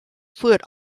foot